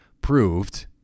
proved